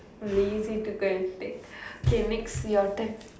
lazy to go and take K next your turn